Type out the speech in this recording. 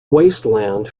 wasteland